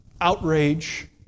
outrage